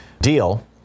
deal